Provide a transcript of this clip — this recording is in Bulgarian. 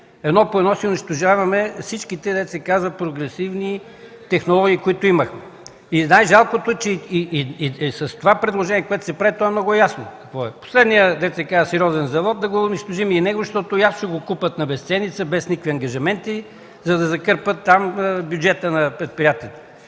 едно по едно си унищожаваме всички тези прогресивни технологии, които имахме. И най-жалкото е, че това предложение, което се прави, то е много ясно – последният сериозен завод да го унищожим и него, защото ще го купят на безценица, без никакви ангажименти, за да закърпят там бюджета на предприятието.